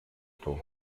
του